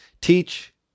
Teach